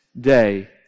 day